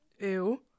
Ew